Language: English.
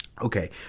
okay